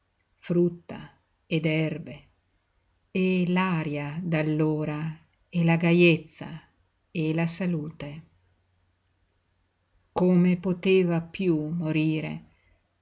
frutta ed erbe e l'aria d'allora e la gajezza e la salute come poteva piú morire